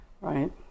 right